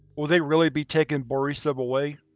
will they really be taking borisov away?